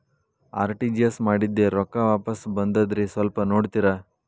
RTGS ಮಾಡಿದ್ದೆ ರೊಕ್ಕ ವಾಪಸ್ ಬಂದದ್ರಿ ಸ್ವಲ್ಪ ನೋಡ್ತೇರ?